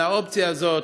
על האופציה הזאת,